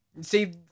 See